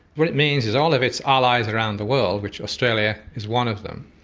what it means is all of its allies around the world, which australia is one of them,